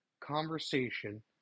conversation